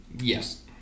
Yes